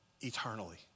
eternally